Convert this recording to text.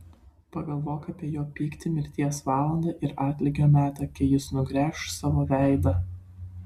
pagalvok apie jo pyktį mirties valandą ir atlygio metą kai jis nugręš savo veidą